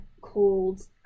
called